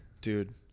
Dude